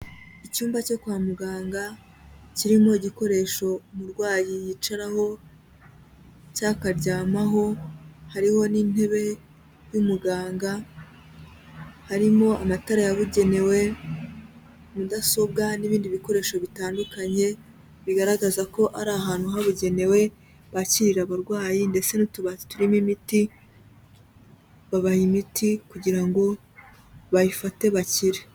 Icyumba cyo kwa muganga kirimo igikoresho umurwayi yicaraho, cyangwa akaryamaho, hariho n'intebe y'umuganga, harimo amatara yabugenewe, mudasobwa n'ibindi bikoresho bitandukanye bigaragaza ko ari ahantu habugenewe bakirira abarwayi, ndetse n'utubati turimo imiti, babaha imiti kugira ngo bayifate bakire.